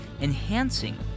enhancing